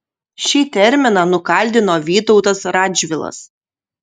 šį terminą nukaldino vytautas radžvilas